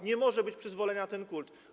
Nie może być przyzwolenia na ten kult.